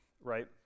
right